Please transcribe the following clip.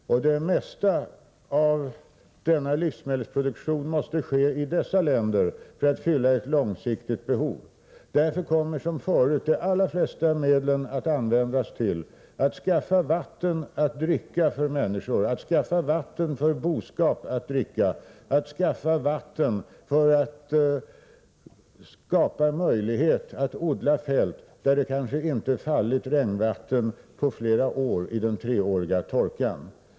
Den största delen av denna livsmedelsproduktion måste ske i de drabbade länderna för att fylla ett långsiktigt behov. Därför kommer, som förut varit fallet, den allra största delen av medlen att användas till att skaffa dricksvatten åt människorna, till att skaffa dricksvatten åt boskap och till att skaffa vatten för att på det sättet skapa en möjlighet att odla på fält där det kanske inte fallit regnvatten på flera år. Jag tänker då på den treåriga torkan.